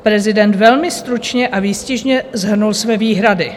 Prezident velmi stručně a výstižně shrnul své výhrady.